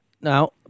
now